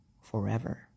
forever